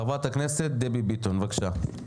חברת הכנסת דבי ביטון, בבקשה.